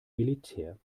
militär